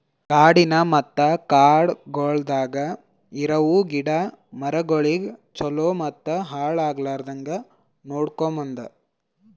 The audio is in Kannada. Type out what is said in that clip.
ಕಾಡಿನ ಮತ್ತ ಕಾಡಗೊಳ್ದಾಗ್ ಇರವು ಗಿಡ ಮರಗೊಳಿಗ್ ಛಲೋ ಮತ್ತ ಹಾಳ ಆಗ್ಲಾರ್ದಂಗ್ ನೋಡ್ಕೋಮದ್